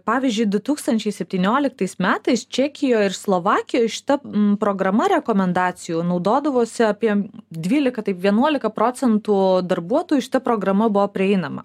pavyzdžiui du tūkstančiai septynioliktais metais čekijoj ir slovakijoj šita programa rekomendacijų naudodavosi apie dvylika taip vienuolika procentų darbuotojų šita programa buvo prieinama